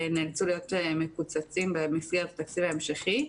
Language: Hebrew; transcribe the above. נאלצו להיות מקוצצים במסגרת תקציב ממשלתי.